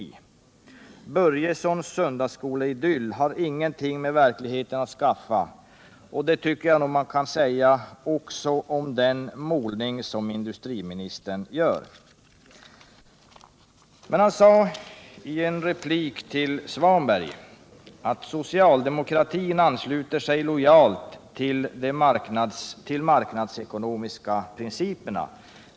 Herr Börjessons söndagsskoleidyll har ingenting med verkligheten att skaffa, och det tycker jag att man kan säga också om den målning som industriministern gör. Men industriministern sade i en replik till herr Svanberg att socialdemokratin ansluter sig lojalt till de marknadsekonomiska principerna.